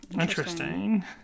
Interesting